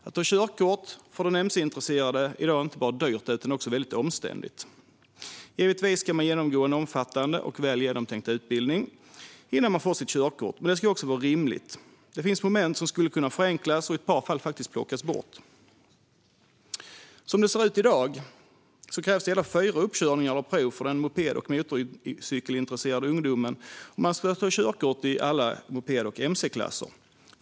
Att ta körkort är för den mc-intresserade i dag inte bara dyrt utan även omständligt. Givetvis ska man genomgå en omfattande och väl genomtänkt utbildning innan man får sitt körkort, men det ska också vara rimligt. Det finns moment som skulle kunna förenklas och i ett par fall faktiskt plockas bort. Som det ser ut i dag krävs det hela fyra uppkörningar eller prov för den moped och motorcykelintresserade ungdomen om man ska ta körkort i alla moped och mc-klasser.